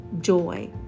joy